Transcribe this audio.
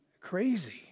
crazy